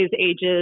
ages